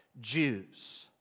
Jews